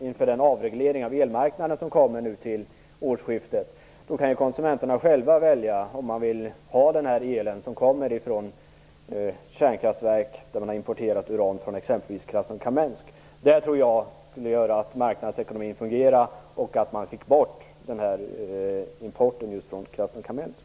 inför den avreglering av elmarknaden som kommer till årsskiftet skulle ha gjort det mycket synbart för konsumenterna och gjort det möjligt för dem att själva välja om de vill ha den el som kommer från kärnkraftverk där man har importerat uran från exempelvis Krasnokamensk. Det tror jag skulle innebära att marknadsekonomin fungerade och att man fick bort importen från just Krasnokamensk.